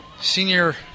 senior